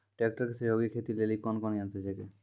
Tractor के सहयोगी खेती लेली कोन कोन यंत्र छेकै?